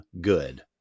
good